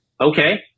Okay